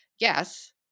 Yes